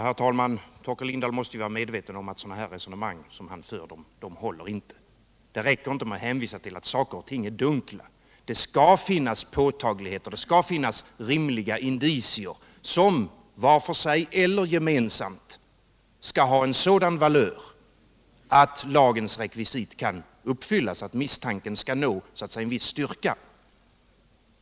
Herr talman! Torkel Lindahl måste vara medveten om att sådana resonemang som han för inte håller. Det räcker inte med att hänvisa till att saker och ting är dunkla. Det skall finnas påtagligheter. Det skall finnas rimliga indicier som var för sig eller gemensamt skall ha en sådan valör att lagens rekvisit kan uppfyllas, att misstanken skall nå en viss styrka.